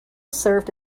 served